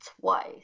twice